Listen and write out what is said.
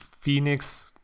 Phoenix